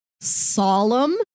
solemn